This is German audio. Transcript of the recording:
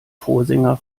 vorsänger